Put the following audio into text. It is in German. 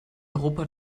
europa